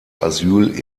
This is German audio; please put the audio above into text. asyl